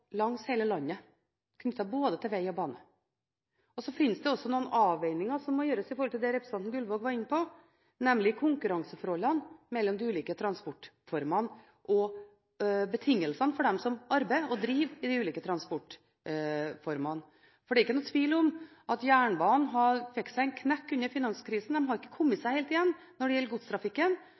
langs hele landet, knyttet til både vei og bane. Så finnes det også noen avveininger som må gjøres når det gjelder det representanten Gullvåg var inne på, nemlig konkurranseforholdene mellom de ulike transportformene og betingelsene for dem som arbeider og driver i de ulike transportformene. Det er ikke tvil om at jernbanen fikk seg en knekk under finanskrisen, og den har ikke kommet seg helt igjen med hensyn til godstrafikken.